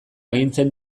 agintzen